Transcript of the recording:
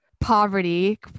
poverty